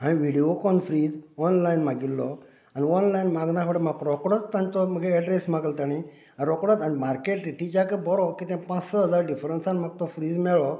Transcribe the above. हांवें Videocon fridge online मागयल्लो आनी ऑनलायन मागयना फुडें म्हाका रोकडोच तांचो म्हजो एड्रॅस मागलो तांणी रोकडोच आनी मार्केट रेटीच्याक बरो कितें पांच स हजार डिफरन्सान म्हाका तो फ्रीज मेळ्ळो